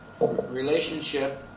relationship